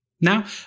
Now